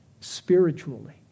spiritually